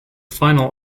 final